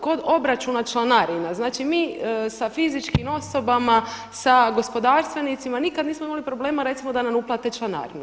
Kod obračuna članarina, znači mi sa fizičkim osobama, sa gospodarstvenicima nikada nismo imali problema recimo da nam uplate članarinu.